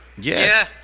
Yes